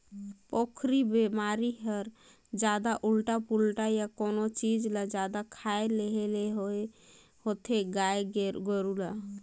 पोकरी बेमारी हर जादा उल्टा पुल्टा य कोनो चीज ल जादा खाए लेहे ले होथे गाय गोरु ल